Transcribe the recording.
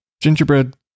Gingerbread